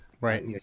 right